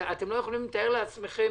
אתם לא יכולים לתאר לעצמכם